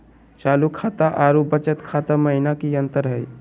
चालू खाता अरू बचत खाता महिना की अंतर हई?